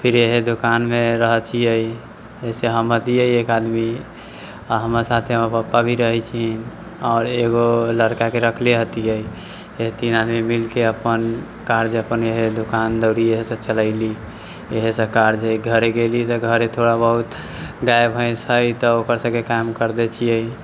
फिर इहे दोकानमे रहैत छियै एहि से हम अथी हय एक आदमी आ हमरा साथे हमर पापा भी रहैत छै आओर एगो लड़काके रखले हथियै तीन आदमी मिलके अपन कार्ज अपन इहे दोकान दौरी इहे सब चलयली इहे सब कार्ज हय घर गेली तऽ घर थोड़ा बहुत गाय भैंस हय तऽ ओकर सबकेँ काम कर दै छियै